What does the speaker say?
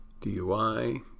DUI